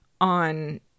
on